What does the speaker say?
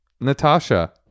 Natasha